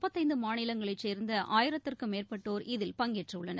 பல்வேறுமாநிலங்களைச் சேர்ந்தஆயிரத்திற்கும் மேற்பட்டோர் இதில் பங்கேற்றுள்ளனர்